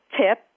tip